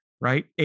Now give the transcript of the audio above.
right